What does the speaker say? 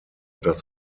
das